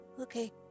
Okay